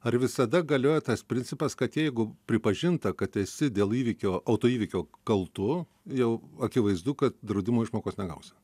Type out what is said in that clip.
ar visada galioja tas principas kad jeigu pripažinta kad esi dėl įvykio autoįvykio kaltu jau akivaizdu kad draudimo išmokos negausi